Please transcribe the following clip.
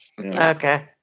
Okay